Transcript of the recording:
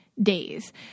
days